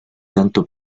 tanto